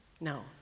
no